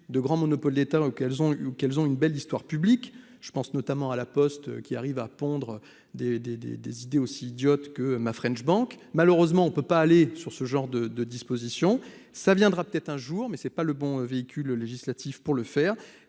de grands monopoles d'État, qu'elles ont, qu'elles ont une belle histoire publique je pense notamment à la Poste, qui arrivent à pondre des, des, des, des idées aussi idiote que Ma French Bank, malheureusement on ne peut pas aller sur ce genre de de dispositions ça viendra peut-être un jour mais c'est pas le bon véhicule législatif pour le faire